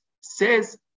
says